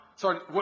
Sorry